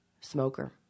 smoker